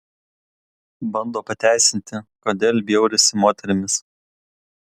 bando pateisinti kodėl bjaurisi moterimis